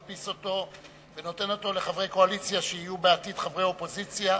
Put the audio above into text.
מדפיס אותו ונותן אותו לחברי קואליציה שיהיו בעתיד חברי אופוזיציה,